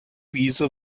wiese